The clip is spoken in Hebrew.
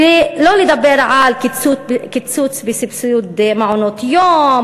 ולא נדבר על קיצוץ בסבסוד מעונות יום,